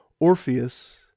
Orpheus